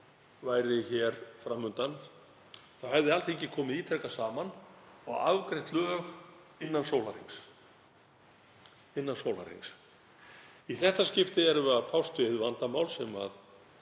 væri fram undan hefði Alþingi komið ítrekað saman og afgreitt lög innan sólarhrings. Í þetta skipti erum við að fást við vandamál sem ógnar